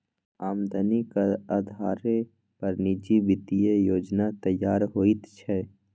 आमदनीक अधारे पर निजी वित्तीय योजना तैयार होइत छै